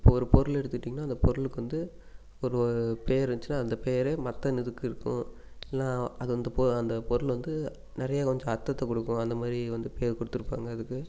இப்போ ஒரு பொருள் எடுத்துக்கிட்டிங்கன்னா அந்த பொருளுக்கு வந்து ஒரு பேர் இருந்துச்சின்னா அந்த பேரே மற்ற இதுக்கும் இருக்கும் இல்லைனா அது வந்து பொ அந்த பொருள் வந்து நிறைய கொஞ்சம் அர்த்தத்தை கொடுக்கும் அந்த மாதிரி வந்து பேர் கொடுத்துர்ப்பாங்க அதுக்கு